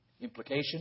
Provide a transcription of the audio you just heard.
Implication